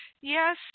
Yes